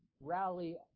rally